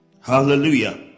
Hallelujah